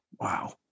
Wow